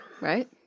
right